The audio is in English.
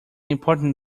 important